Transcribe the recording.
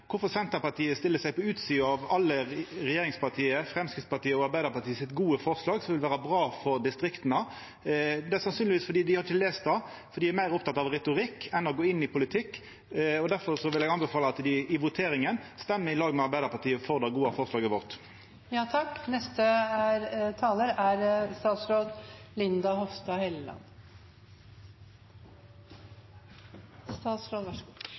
Kvifor stiller Senterpartiet seg på utsida av det gode forslaget frå regjeringspartia, Framstegspartiet og Arbeidarpartiet, som vil vera bra for distrikta? Det er sannsynlegvis fordi dei ikkje har lest det. Dei er meir opptekne av retorikk enn å gå inn i politikk. Difor vil eg anbefala at dei i voteringa stemmer i lag med Arbeidarpartiet for det gode forslaget vårt. Jeg tror også Senterpartiet vet at arbeidet med den differensierte arbeidsgiveravgiften er